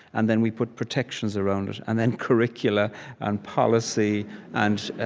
and then we put protections around it, and then curricula and policy and